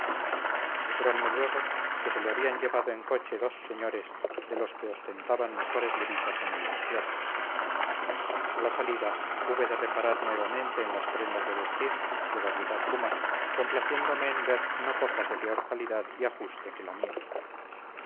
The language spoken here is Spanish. dijéronme luego que se le habían llevado en coche dos señores de los que ostentaban mejores levitas en el entierro a la salida hube de reparar nuevamente en las prendas de vestir de variedad suma complaciéndome en ver no pocas de peor calidad y ajuste que la mía